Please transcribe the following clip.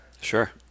Sure